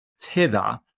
tether